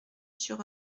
sur